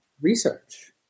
research